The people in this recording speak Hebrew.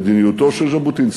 היא מדיניותו של ז'בוטינסקי,